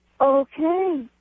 Okay